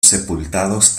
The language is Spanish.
sepultados